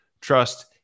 Trust